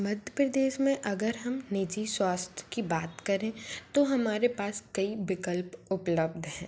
मध्य प्रदेश में अगर हम निजी स्वास्थ्य की बात करें तो हमारे पास कई विकल्प उपलब्ध हैं